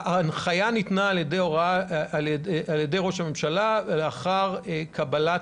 ההנחייה ניתנה על ידי ראש הממשלה לאחר קבלת